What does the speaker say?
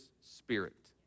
spirit